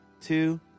two